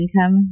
income